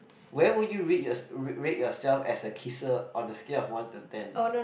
where would you rate your~ rate yourself as a kisser on a scale of one to ten